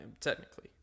technically